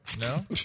No